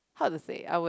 how to say I would